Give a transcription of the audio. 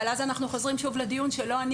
אבל אז אנחנו חוזרים שוב לדיון שלא אני